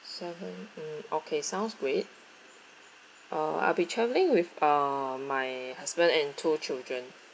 so okay sounds great uh I'll be travelling with uh my husband and two children